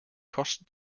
kosten